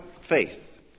faith